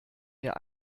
mir